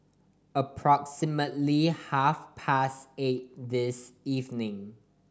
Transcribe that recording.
approximately half past eight this evening